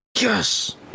yes